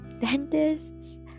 dentists